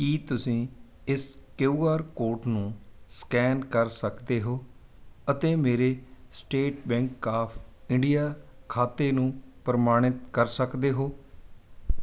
ਕੀ ਤੁਸੀਂਂ ਇਸ Q R code ਨੂੰ ਸਕੈਨ ਕਰ ਸਕਦੇ ਹੋ ਅਤੇ ਮੇਰੇ ਸਟੇਟ ਬੈਂਕ ਆਫ ਇੰਡੀਆ ਖਾਤੇ ਨੂੰ ਪ੍ਰਮਾਣਿਤ ਕਰ ਸਕਦੇ ਹੋ